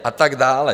A tak dále.